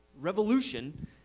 revolution